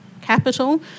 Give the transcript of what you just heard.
capital